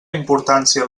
importància